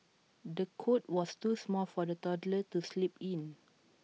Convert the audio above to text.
the cot was too small for the toddler to sleep in